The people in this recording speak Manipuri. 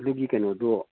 ꯑꯗꯨꯒꯤ ꯀꯩꯅꯣꯗꯨ